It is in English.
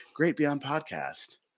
Greatbeyondpodcast